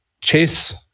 Chase